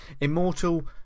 Immortal